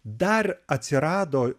dar atsirado